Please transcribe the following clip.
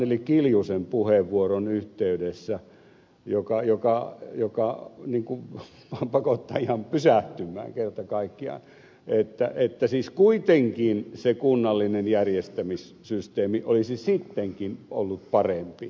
anneli kiljusen puheenvuoron yhteydessä joka kerta kaikkiaan ihan pakottaa pysähtymään siihen että siis se kunnallinen järjestämissysteemi olisi ollut sittenkin parempi